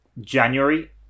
January